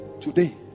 today